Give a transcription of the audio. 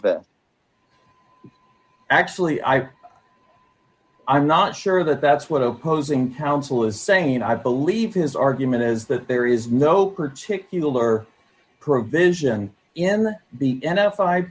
that actually i i'm not sure that that's what opposing counsel is saying i believe his argument is that there is no particular provision in the n f i